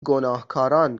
گناهکاران